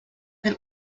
del